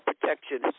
protection